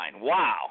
Wow